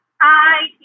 Hi